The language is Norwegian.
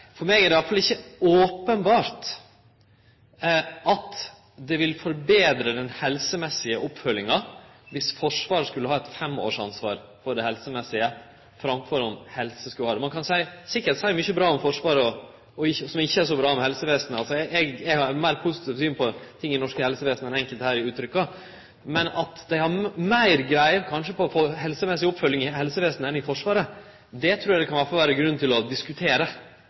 For meg er det i alle fall ikkje openbert at det vil forbetre den helsemessige oppfølginga dersom Forsvaret skulle ha eit femårsansvar for det helsemessige, framfor om helsevesenet skulle ha det. Ein kan sikkert seie mykje bra om Forsvaret som ikkje er så bra med helsevesenet. Eg har eit meir positivt syn på ting i det norske helsevesenet enn det enkelte her gjev uttrykk for, men at dei kanskje har meir greie på helsemessig oppfølging i helsevesenet enn i Forsvaret, trur eg i alle fall det kan vere grunn til å diskutere